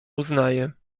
uznaje